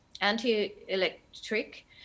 anti-electric